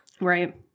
Right